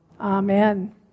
Amen